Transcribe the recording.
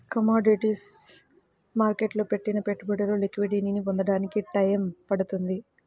commodities మార్కెట్టులో పెట్టిన పెట్టుబడులు లిక్విడిటీని పొందడానికి టైయ్యం పడుతుంది